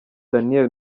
daniel